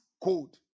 code